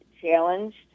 challenged